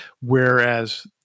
Whereas